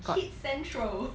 kids central